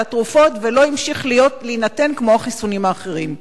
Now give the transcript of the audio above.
התרופות ולא המשיך להינתן כמו החיסונים האחרים?